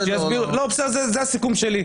זה לא --- זה הסיכום שלי.